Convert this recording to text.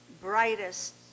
brightest